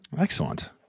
Excellent